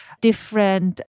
different